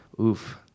Oof